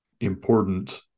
important